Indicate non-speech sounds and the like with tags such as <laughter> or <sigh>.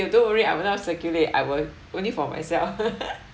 don't worry I will not circulate I will only for myself <laughs>